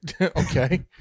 Okay